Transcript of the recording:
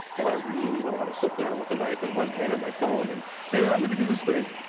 and i really don't want to sit there, with a knife in one hand and my phone, and and and i'm gonna do this thing.